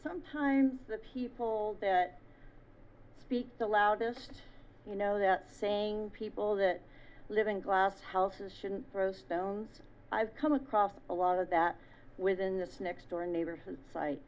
sometimes the people that speak the loudest you know that saying people that live in glass houses shouldn't throw stones i've come across a lot of that within this next door neighbor